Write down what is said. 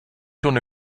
schon